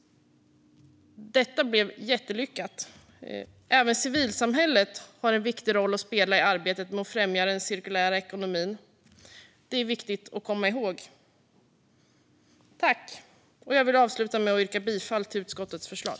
Detta blev jättelyckat. Även civilsamhället har en viktig roll att spela i arbetet med att främja den cirkulära ekonomin; det är viktigt att komma ihåg. Jag vill avsluta med att yrka bifall till utskottets förslag.